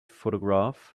photograph